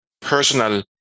personal